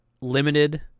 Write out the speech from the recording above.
limited